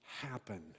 happen